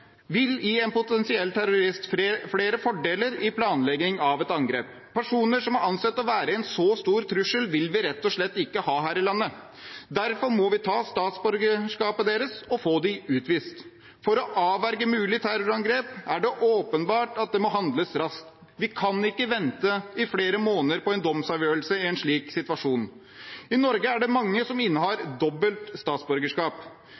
vil gi en potensiell terrorist flere fordeler i planlegging av et angrep. Personer som er ansett å være en så stor trussel, vil vi rett og slett ikke ha her i landet. Derfor må vi ta statsborgerskapet deres og få dem utvist. For å avverge et mulig terrorangrep er det åpenbart at det må handles raskt, vi kan ikke vente i flere måneder på en domsavgjørelse i en slik situasjon. I Norge er det mange som innehar dobbelt statsborgerskap,